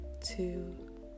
two